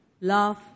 Love